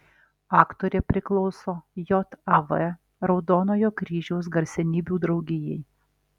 aktorė priklauso jav raudonojo kryžiaus garsenybių draugijai